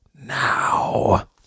now